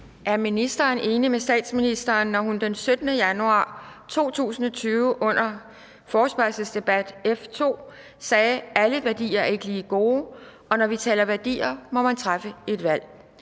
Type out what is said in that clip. Er ministeren enig med statsministeren, når hun den 17. januar 2020 under F 2 sagde: »Alle værdier er ikke lige gode, og når vi taler værdier, må man træffe et valg.